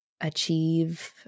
achieve